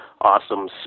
awesome